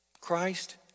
Christ